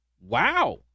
Wow